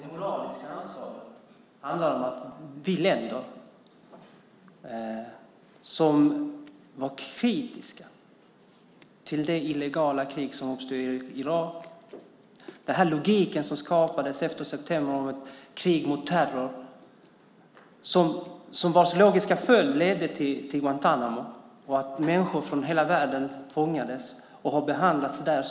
Det moraliska ansvaret handlar om de länder som var kritiska till det illegala krig som uppstod i Irak och den logik som skapades efter elfte september om ett krig mot terror, vilket ledde till Guantánamo, till att människor från hela världen har fångats och behandlats som djur.